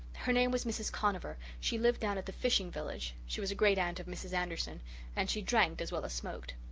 her name was mrs. conover she lived down at the fishing village she was a great-aunt of mrs. anderson and she drank as well as smoked.